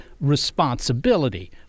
responsibility